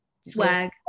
Swag